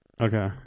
Okay